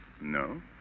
No